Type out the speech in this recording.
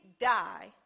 die